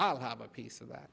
i'll have a piece of that